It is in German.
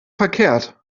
verkehrt